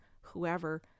whoever